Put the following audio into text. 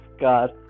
god